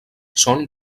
són